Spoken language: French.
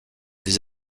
des